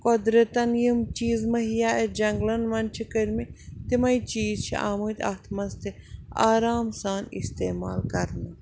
قۄدرتن یِم چیٖز مہیّا اَسہِ جنٛگلن منٛز چھِ کٔرۍمٕتۍ تِمَے چیٖز چھِ آمٕتۍ اتھ منٛز تہِ آرام سان استعمال کرنہٕ